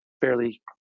fairly